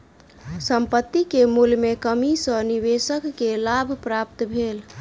संपत्ति के मूल्य में कमी सॅ निवेशक के लाभ प्राप्त भेल